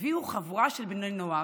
הביאו חבורה של בני נוער,